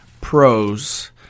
pros